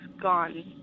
gone